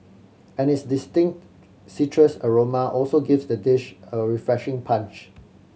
and its distinct citrus aroma also gives the dish a refreshing punch